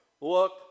look